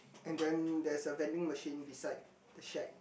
and then there is a vending machine beside the shack